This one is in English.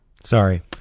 Sorry